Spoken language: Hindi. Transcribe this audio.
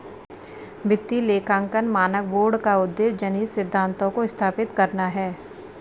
वित्तीय लेखांकन मानक बोर्ड का उद्देश्य जनहित सिद्धांतों को स्थापित करना है